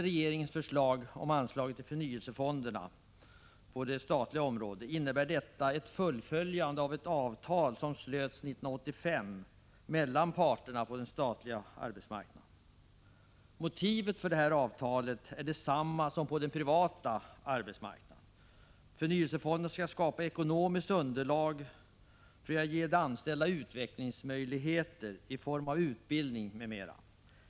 Regeringens förslag om anslaget till förnyelsefonderna på det statliga området innebär ett fullföljande av det avtal som slöts 1985 mellan parterna på den statliga arbetsmarknaden. Motivet för detta avtal är detsamma som på den privata arbetsmarknaden. Förnyelsefonderna skall skapa ekonomiskt underlag för att ge de anställda utvecklingsmöjligheter i form av utbildning m.m.